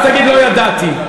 ואז תגיד: לא ידעתי.